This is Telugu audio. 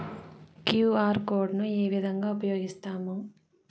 క్యు.ఆర్ కోడ్ ను ఏ విధంగా ఉపయగిస్తాము?